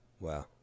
Wow